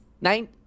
nine